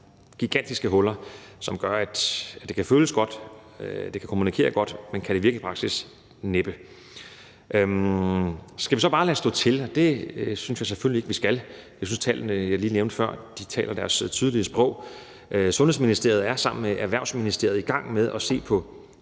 gigantiske huller, som gør, at man, selv om det føles godt, og selv om det kommunikeres godt ud, må spørge, om det kan virke i praksis, og det kan det næppe. Kl. 10:12 Skal vi så bare lade stå til? Det synes jeg selvfølgelig ikke vi skal. Jeg synes, at tallene, som jeg lige nævnte før, taler deres tydelige sprog. Sundhedsministeriet er sammen med Erhvervsministeriet i gang med at se på